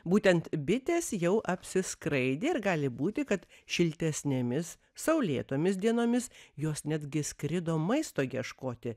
būtent bitės jau apsiskraidė ir gali būti kad šiltesnėmis saulėtomis dienomis jos netgi skrido maisto ieškoti